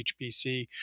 HPC